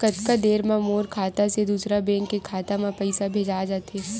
कतका देर मा मोर खाता से दूसरा बैंक के खाता मा पईसा भेजा जाथे?